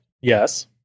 Yes